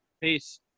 peace